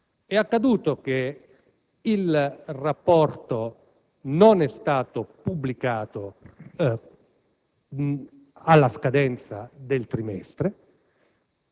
È accaduto che il rapporto non è stato pubblicato alla scadenza del trimestre;